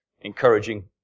encouraging